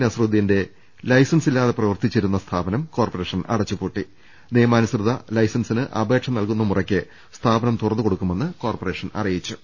നസറുദ്ദീന്റെ licence ഇല്ലാതെ പ്രവർത്തിച്ചിരുന്ന സ്ഥാപനം കോർപ്പറേഷൻ അടച്ചുപൂട്ടി നിയമാനുസൃത ലൈസൻസിന് അപേക്ഷ നൽകുന്ന മുറയ്ക്ക് സ്ഥാപനം തുറ ന്നുകൊടുക്കുമെന്ന് കോർപ്പറേഷൻ അറിയിച്ചു